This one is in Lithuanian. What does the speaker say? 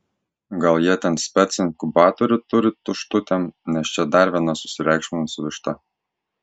gal jie ten spec inkubatorių turi tuštutėm nes čia dar viena susireikšminusi višta